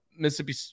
Mississippi